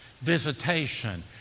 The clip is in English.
visitation